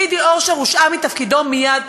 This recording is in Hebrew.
גידי אורשר הושעה מתפקידו מייד.